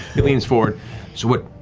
he leans forward. so what?